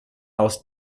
aus